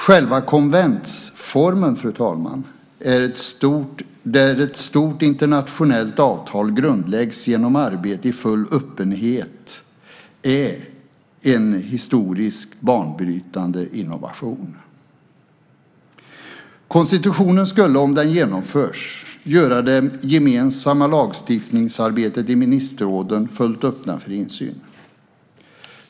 Själva konventsformen, fru talman, där ett stort internationellt avtal grundläggs genom arbete i full öppenhet är en historiskt banbrytande innovation. Konstitutionen skulle om den genomförs göra det gemensamma lagstiftningsarbetet i ministerråden fullt öppet för insyn.